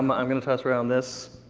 um i'm going to pass around this.